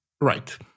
right